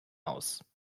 aus